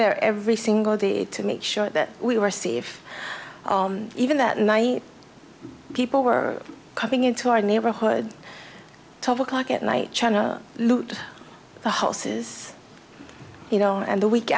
there every single day to make sure that we were safe even that night people were coming into our neighborhood tough o'clock at night trying to loot the horses you know and the week